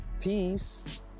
Peace